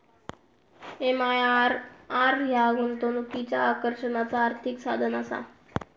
MIRR ह्या गुंतवणुकीच्या आकर्षणाचा आर्थिक साधनआसा